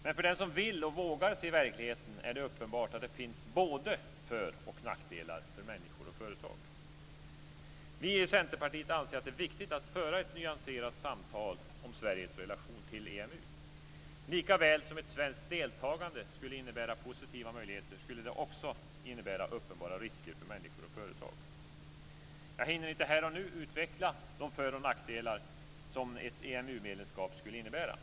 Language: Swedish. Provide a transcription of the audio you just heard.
Men för den som vill och vågar se verkligheten är det uppenbart att det finns både för och nackdelar för människor och företag. Vi i Centerpartiet anser att det är viktigt att föra ett nyanserat samtal om Sveriges relation till EMU. Likaväl som ett svenskt deltagande skulle innebära positiva möjligheter skulle det också innebära uppenbara risker för människor och företag. Jag hinner inte här och nu utveckla de för och nackdelar som ett EMU-medlemskap skulle innebära.